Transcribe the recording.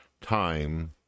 time